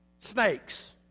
snakes